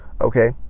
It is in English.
okay